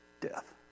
death